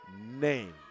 name